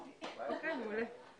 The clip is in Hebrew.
ננעלה